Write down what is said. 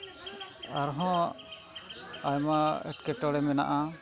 ᱟᱨᱦᱚᱸ